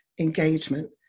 engagement